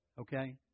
Okay